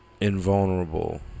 invulnerable